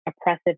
oppressive